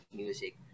music